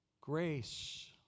grace